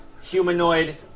humanoid